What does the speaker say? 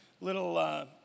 little